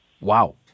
Wow